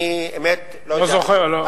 האמת, אני לא יודע.